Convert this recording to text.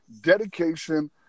dedication